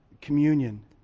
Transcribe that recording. communion